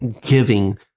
giving